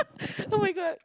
oh-my-God